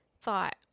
thought